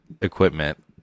equipment